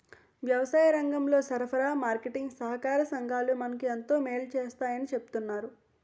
వ్యవసాయరంగంలో సరఫరా, మార్కెటీంగ్ సహాకార సంఘాలు మనకు ఎంతో మేలు సేస్తాయని చెప్తన్నారు